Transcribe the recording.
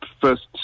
first